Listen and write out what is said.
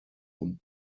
und